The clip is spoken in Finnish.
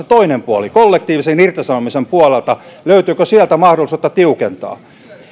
toinen puoli kollektiivisen irtisanomisen puolelta löytyykö sieltä mahdollisuutta tiukentaa